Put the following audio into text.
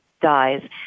dies